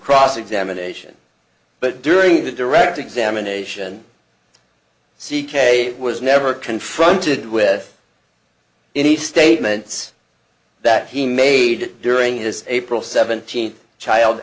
cross examination but during the direct examination c k was never confronted with any statements that he made during his april seventeenth child